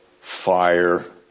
fire